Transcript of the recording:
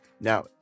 Now